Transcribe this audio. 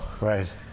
right